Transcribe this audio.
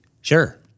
Sure